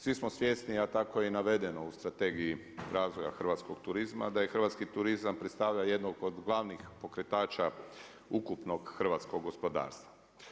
Svi smo svjesni, a tako je i navedeno u Strategiji razvoja hrvatskog turizma, da je hrvatski turizam predstavlja jednog od glavnih pokretača ukupnog hrvatskog gospodarstva.